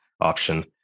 option